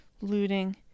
looting